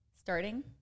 Starting